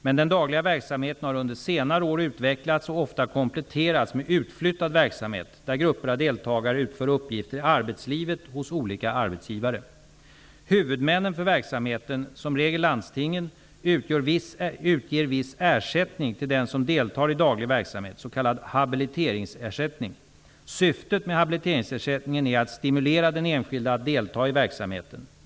Men den dagliga verksamheten har under senare år utvecklats och ofta kompletterats med utflyttad verksamhet, där grupper av deltagare utför uppgifter i arbetslivet hos olika arbetsgivare. Huvudmännen för verksamheten, som regel landstingen, utger viss ersättning till den som deltar i daglig verksamhet, s.k. habiliteringsersättning. Syftet med habiliteringsersättningen är att stimulera den enskilde att delta i verksamheten.